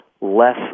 less